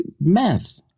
math